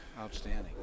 outstanding